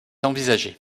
envisagé